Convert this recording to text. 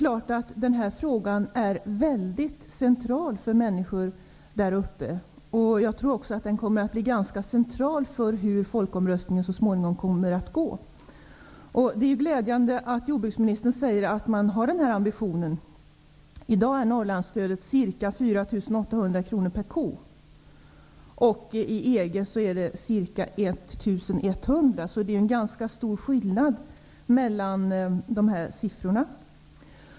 Denna fråga är mycket central för människor där uppe. Jag tror också att den kommer att bli ganska avgörande för hur omröstningen så småningom kommer att utfalla. Den ambition som jordbruksministern deklarerar är glädjande. I dag är Norrlandsstödet ca 4 800 kr per ko mot i EG ca 1 100 kr per ko. Det är alltså en ganska stor skillnad mellan dessa stödnivåer.